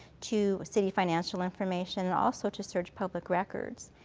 to city financial information, also to search public records.